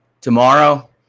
tomorrow